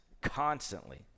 constantly